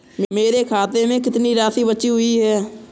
मेरे खाते में कितनी राशि बची हुई है?